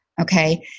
okay